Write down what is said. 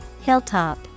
Hilltop